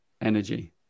energy